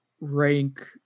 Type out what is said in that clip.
rank